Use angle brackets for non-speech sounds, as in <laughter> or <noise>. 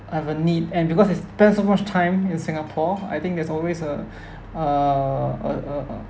have a need and because they spend so much time in singapore I think there's always a <breath> uh uh uh uh